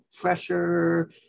pressure